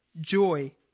joy